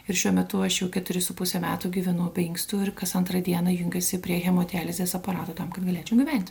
ir šiuo metu aš jau keturi su puse metų gyvenu be inkstų ir kas antrą dieną jungiuosi prie hemodializės aparato tam kad galėčiau gyventi